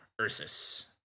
Ursus